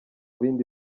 bindi